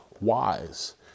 wise